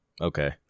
Okay